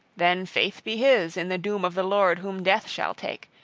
then faith be his in the doom of the lord whom death shall take.